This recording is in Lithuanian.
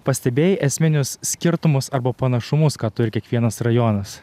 pastebėjai esminius skirtumus arba panašumus ką turi kiekvienas rajonas